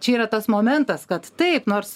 čia yra tas momentas kad taip nors